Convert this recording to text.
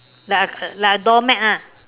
like a like a doormat ah